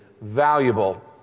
valuable